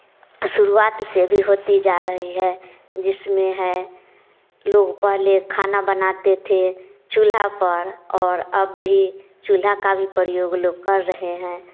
शुरुआत से भी होती जा रही है जिसमें है लोग पहले खाना बनाते थे चूल्हा पर और अब भी चूल्हा का भी प्रयोग लोग कर रहे हैं